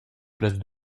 places